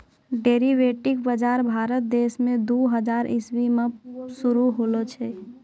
derivative बजार भारत देश मे दू हजार इसवी मे शुरू होलो छै